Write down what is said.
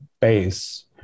base